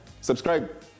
subscribe